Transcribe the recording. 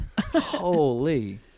Holy